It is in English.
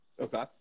Okay